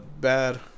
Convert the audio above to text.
bad